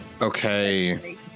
Okay